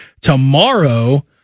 Tomorrow